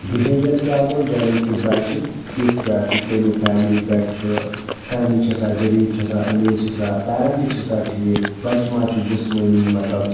behaviour کیٛاہ گوٚو یعنے کہِ بَچہِ کٮُ۪تھ کیٛاہ چھُ کَمہِ فیملی پٮ۪ٹھ چھُ فیملی چھَسا غریٖب چھَسا أمیٖر چھَسا پیرَنٹہٕ چھِسا ٹھیٖک بَچہِ ما چھُ جِسمٲنی مطلب